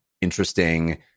interesting